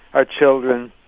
our children?